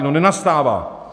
No nenastává.